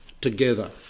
together